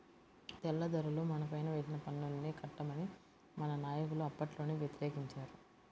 తెల్లదొరలు మనపైన వేసిన పన్నుల్ని కట్టమని మన నాయకులు అప్పట్లోనే వ్యతిరేకించారు